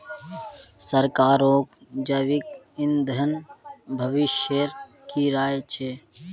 सरकारक जैविक ईंधन भविष्येर की राय छ